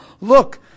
Look